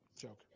Joke